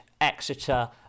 Exeter